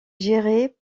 gérée